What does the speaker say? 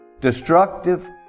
Destructive